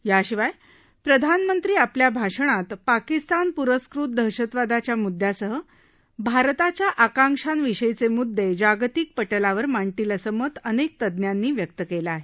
याशिवाय प्रधानमंत्री आपल्या भाषणात पाकिस्तान पुरस्कृत दहशतवादाच्या मुद्यासह भारताच्या आकांक्षांविषयीचे मुद्दे जागतिक पटलावर मांडतील असं मत अनेक तज्ञांनी व्यक्त केलं आहे